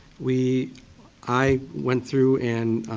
we i went through and